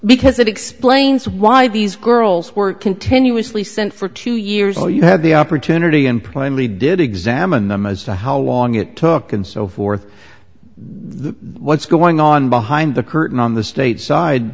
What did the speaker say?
because it explains why these girls were continuously sent for two years or you had the opportunity and plainly did examine them as to how long it took and so forth the what's going on behind the curtain on the state side